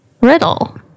Riddle